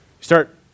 start